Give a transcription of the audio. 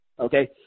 okay